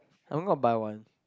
I'm going to buy one